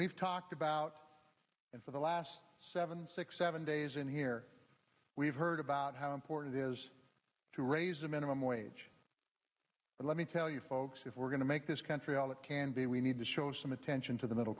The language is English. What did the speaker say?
we've talked about it for the last seven six seven days in here we've heard about how important is to raise the minimum wage but let me tell you folks if we're going to make this country all it can be we need to show some attention to the middle